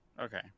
Okay